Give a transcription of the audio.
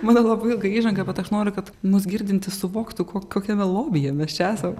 mano labai ilga įžanga bet aš noriu kad mus girdintys suvoktų ko kokiame lobyje mes čia esam